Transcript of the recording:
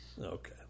Okay